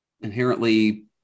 inherently